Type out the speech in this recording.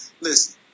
listen